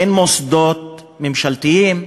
אין מוסדות ממשלתיים,